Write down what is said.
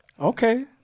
Okay